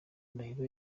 ndahiro